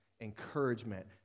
encouragement